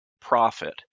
profit